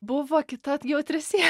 buvo kita jautri sie